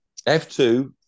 F2